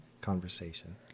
conversation